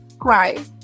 Right